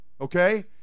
okay